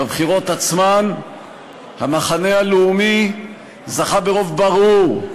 בבחירות עצמן המחנה הלאומי זכה ברוב ברור,